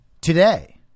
today